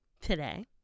today